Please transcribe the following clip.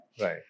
Right